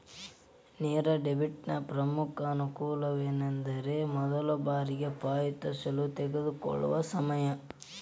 ನೇರ ಡೆಬಿಟ್ನ ಪ್ರಮುಖ ಅನಾನುಕೂಲವೆಂದರೆ ಮೊದಲ ಬಾರಿಗೆ ಪಾವತಿಸಲು ತೆಗೆದುಕೊಳ್ಳುವ ಸಮಯ